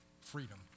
Freedom